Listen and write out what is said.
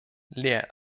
leer